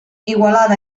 igualada